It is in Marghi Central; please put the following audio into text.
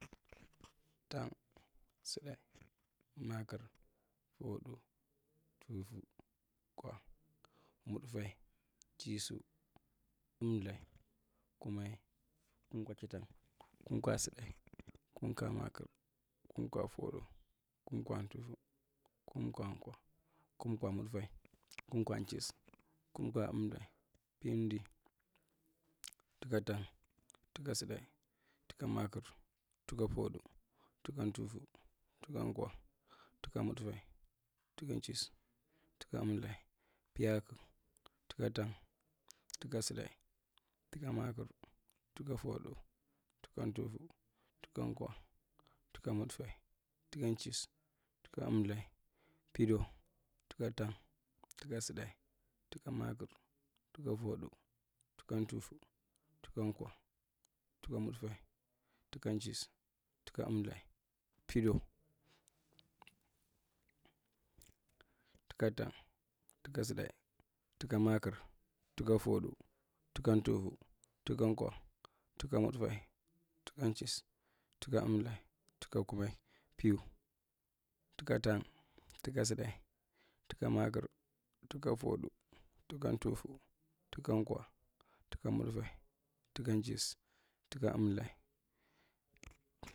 Tang suddai makir foddu tufu kwa mudfai chissu emltha kumai kumkachatang kumkatsudai kumkamakir kumkafoddu kumkatufu kumka kwa kumka’mudfaw kumk’chissu kumk’emltha pinndi’tuku tang tukutsuda tuka’maakir tuka foodu tukuntufu tukun’kwa tukamudfae tukun’chissu tuka’emltha piaaku tuka tang tuka’tsudai tuka’maakir, tuka’foodu, tuk ntufu, tuka kwa, tuka kudfae, tuka’nchissu, tuka’emlthae, pidowu, tuka tang, tuka tsudu, tuka’maakir, tukafoodu, tuka ntufu, tuka’kwa, tuka mudfae, tuka’nchissu, tuka emlthae, tuka kumai piwu. Tuka tang, tuka sudai, tuka maakir, tuka foodu, tuka’tuffu, tuka kwa, tuka mudfae, tuka’nchisi tuka emltha.